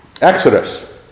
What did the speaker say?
Exodus